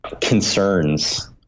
concerns